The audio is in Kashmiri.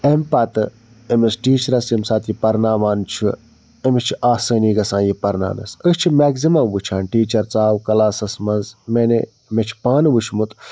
اَمہِ پَتہٕ أمِس ٹیٖچرَس ییٚمہِ ساتہٕ یہِ پَرناوان چھُ أمِس چھُ آسٲنی گژھان یہِ پَرناونَس أسۍ چھِ میکزِمَم وُچھان ٹیٖچَر ژاو کلاسَس منٛز یعنی مےٚ چھُ پانہٕ وُچھمُت